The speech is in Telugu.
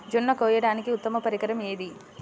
జొన్న కోయడానికి ఉత్తమ పరికరం ఏది?